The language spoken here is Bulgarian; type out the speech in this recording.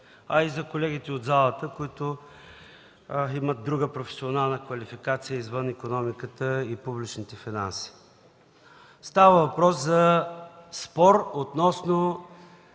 а и за колегите от залата, които имат друга професионална квалификация, извън икономиката и публичните финанси. Става въпрос за спор относно